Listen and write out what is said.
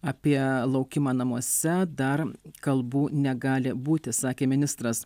apie laukimą namuose dar kalbų negali būti sakė ministras